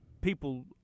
people